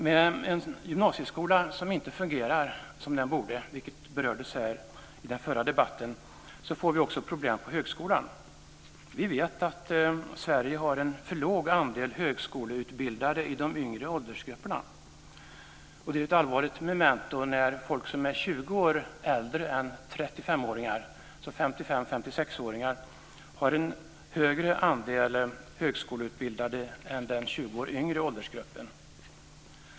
Med en gymnasieskola som inte fungerar som den borde, vilket berördes i den förra debatten, får vi också problem på högskolan. Vi vet att Sverige har en för låg andel högskoleutbildade i de yngre åldersgrupperna. Det är ett allvarligt memento när gruppen 55-56-åringar har en högre andel högskoleutbildade än den 20 år yngre åldersgruppen.